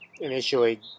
initially